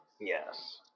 Yes